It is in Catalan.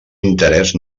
interès